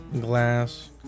glass